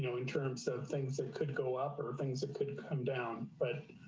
you know in terms of things that could go up or things that could come down, but